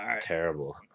terrible